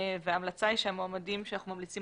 ההמלצה היא שהמועמדים שאנחנו ממליצים